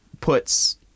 puts